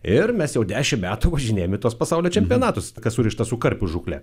ir mes jau dešimt metų važinėjam į tuos pasaulio čempionatus kas surišta su karpių žūkle